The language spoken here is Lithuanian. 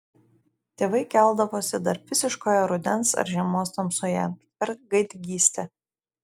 tėvai keldavosi dar visiškoje rudens ar žiemos tamsoje per gaidgystę